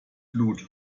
flut